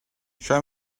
show